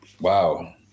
wow